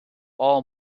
all